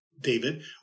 David